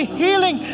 healing